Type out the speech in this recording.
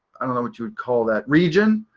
i don't know what you would call that. region.